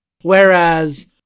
Whereas